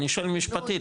אני שואל משפטית,